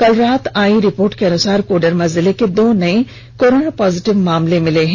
कल रात आयी रिपोर्ट के अनुसार कोडरमा जिले में दो नए कोरोना पॉजिटिव मामले मिले हैं